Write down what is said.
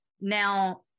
Now